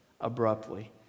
Abruptly